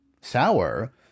sour